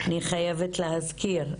אני חייבת להזכיר,